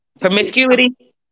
Promiscuity